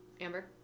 Amber